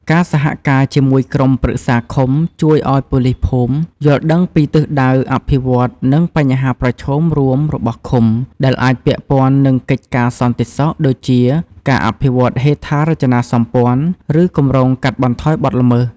ការសហការជាមួយក្រុមប្រឹក្សាឃុំ ជួយឱ្យប៉ូលីសភូមិ យល់ដឹងពីទិសដៅអភិវឌ្ឍន៍ និង បញ្ហាប្រឈមរួមរបស់ឃុំ ដែលអាចពាក់ព័ន្ធនឹងកិច្ចការសន្តិសុខ ដូចជាការអភិវឌ្ឍហេដ្ឋារចនាសម្ព័ន្ធ ឬគម្រោងកាត់បន្ថយបទល្មើស។